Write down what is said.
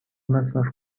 مصرف